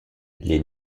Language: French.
les